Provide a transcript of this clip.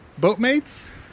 Boatmates